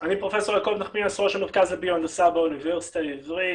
אני ראש המרכז לביו הנדסה באוניברסיטה העברית,